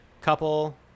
Couple